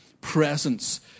Presence